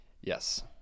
yes